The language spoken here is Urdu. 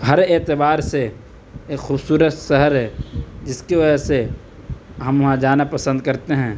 ہر اعتبار سے ایک خوبصورت شہر ہے جس کی وجہ سے ہم وہاں جانا پسند کرتے ہیں